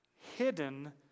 Hidden